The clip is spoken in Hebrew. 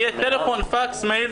יהיה טלפון, פקס, מייל.